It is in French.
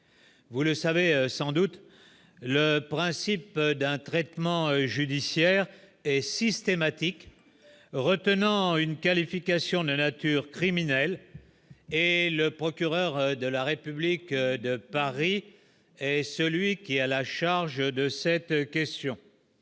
vous le savez sans doute, le principe d'un traitement judiciaire et systématique, retenons une qualification de nature criminelle et le procureur de la République de Paris et celui qui a la charge de cette question,